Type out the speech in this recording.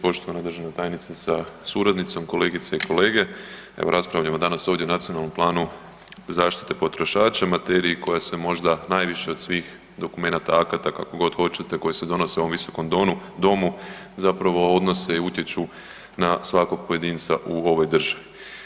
Poštovana državna tajnice sa suradnicom, kolegice i kolege, evo raspravljamo danas ovdje o nacionalnom planu zaštite potrošača, materiji koja se možda najviše od svih dokumenata, akata kako god hoćete koji se donose na ovom visokom domu zapravo odnose i utječu na svakog pojedinca u ovoj državi.